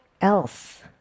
else